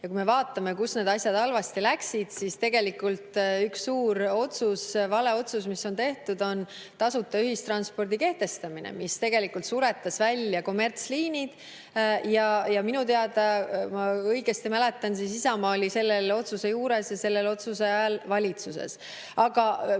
Kui me vaatame, kus need asjad halvasti läksid, siis üks suur vale otsus, mis on tehtud, on tasuta ühistranspordi kehtestamine, mis tegelikult suretas välja kommertsliinid. Ja minu teada, kui ma õigesti mäletan, oli Isamaa selle otsuse juures ja selle otsuse ajal valitsuses. Aga